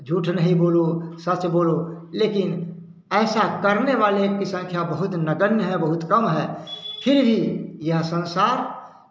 झूठ नहीं बोलो सच बोलो लेकिन ऐसा करने वाले की संख्या बहुत नगण्य है बहुत कम है फिर भी यह संसार